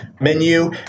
menu